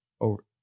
over